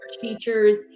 features